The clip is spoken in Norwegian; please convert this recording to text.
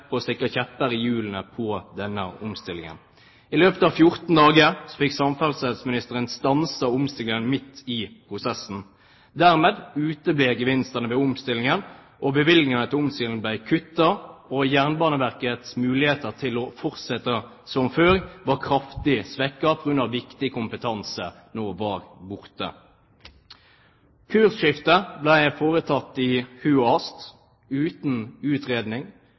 på å stikke kjepper i hjulene på denne omstillingen. I løpet av 14 dager fikk samferdselsministeren stanset omstillingen, midt i prosessen. Dermed uteble gevinstene ved omstillingen. Bevilgningene til omstilling ble kuttet, og Jernbaneverkets muligheter til å fortsette som før ble kraftig svekket på grunn av at viktig kompetanse var borte. Kursskiftet ble foretatt i hui og hast uten utredning,